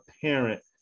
parent